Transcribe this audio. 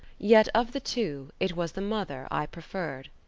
yet of the two, it was the mother i preferred.